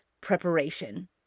preparation